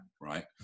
right